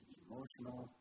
emotional